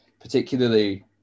particularly